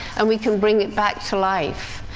and we can bring it back to life.